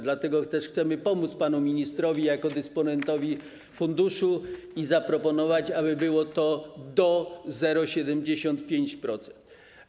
Dlatego chcemy pomóc panu ministrowi jako dysponentowi funduszu i zaproponować, aby to było: do 0,75%.